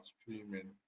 streaming